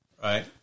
Right